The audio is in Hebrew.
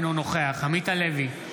אינו נוכח עמית הלוי,